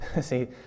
See